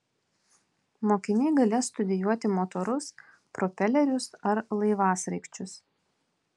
mokiniai galės studijuoti motorus propelerius ar laivasraigčius